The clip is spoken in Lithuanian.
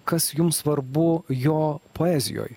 kas jums svarbu jo poezijoj